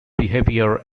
behaviour